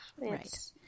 right